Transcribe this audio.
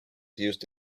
used